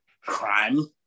crime